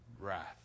wrath